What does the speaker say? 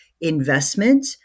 investment